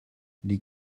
les